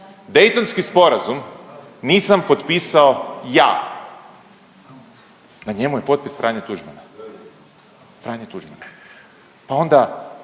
Daytonski sporazum nisam potpisao ja. Na njemu je potpis Franje Tuđmana, Franje Tuđmana. Pa onda